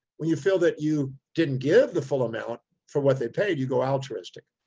when you feel that you didn't give the full amount for what they paid you go altruistic.